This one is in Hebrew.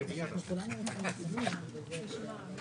הצבעה אושר.